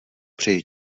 přeji